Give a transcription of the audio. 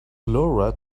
laura